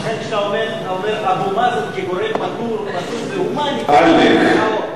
לכן כשאתה אומר "אבו מאזן כגורם מתון והומני" עלק,